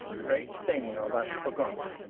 great thing of us forgot!